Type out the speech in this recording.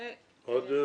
עוד משהו?